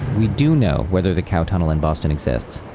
we do know whether the cow tunnel in boston exists.